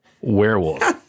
werewolf